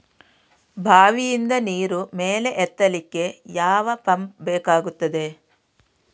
ಬಾವಿಯಿಂದ ನೀರು ಮೇಲೆ ಎತ್ತಲಿಕ್ಕೆ ಯಾವ ಪಂಪ್ ಬೇಕಗ್ತಾದೆ?